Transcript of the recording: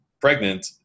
Pregnant